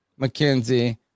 McKenzie